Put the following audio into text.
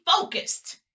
focused